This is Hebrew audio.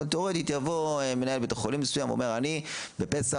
אבל תיאורטית יבוא מנהל בית חולים מסוים ויאמר: אני בפסח